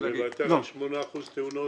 אז נוותר על 8% תאונות?